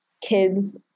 kids